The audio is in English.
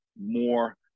more